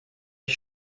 ich